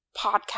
podcast